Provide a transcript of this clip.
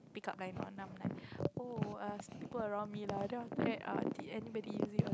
pick up line on then I'm like oh people around me lah then after that did anybody use it